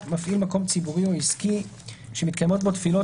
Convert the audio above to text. "(2א1) מפעיל מקום ציבורי או עסקי שמתקיימות בו תפילות